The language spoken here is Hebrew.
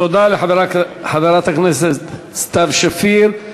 תודה לחברת הכנסת סתיו שפיר.